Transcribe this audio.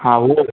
हा उहो